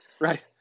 right